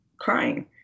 crying